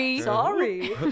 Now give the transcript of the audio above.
Sorry